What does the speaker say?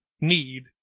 need